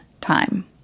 time